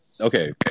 okay